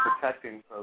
protecting